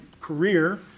career